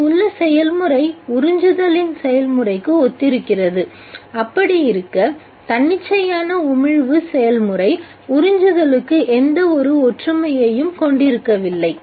இங்கே உள்ள செயல்முறை உறிஞ்சுதலின் செயல்முறைக்கு ஒத்திருக்கிறது அப்படியிருக்க தன்னிச்சையான உமிழ்வு செயல்முறை உறிஞ்சுதலுக்கு எந்த ஒரு ஒற்றுமையையும் கொண்டிருக்கவில்லை